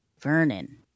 Vernon